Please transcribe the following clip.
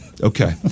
Okay